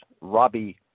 Robbie